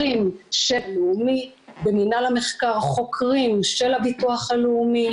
של הביטוח הלאומי במינהל המחקר החוקרים של הביטוח הלאומי,